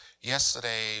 Yesterday